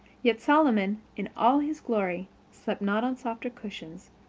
yet solomon in all his glory slept not on softer cushions,